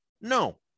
no